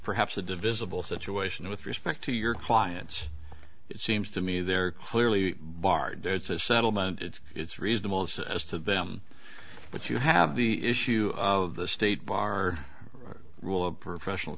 perhaps a divisible situation with respect to your clients it seems to me they're clearly barred it's a settlement it's it's reasonable it's as to them but you have the issue of the state bar rule of professional